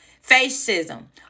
fascism